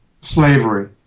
slavery